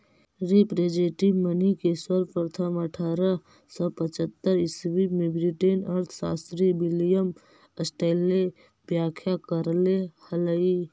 representative money के सर्वप्रथम अट्ठारह सौ पचहत्तर ईसवी में ब्रिटिश अर्थशास्त्री विलियम स्टैंडले व्याख्या करले हलई